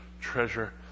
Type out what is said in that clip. treasure